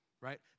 Right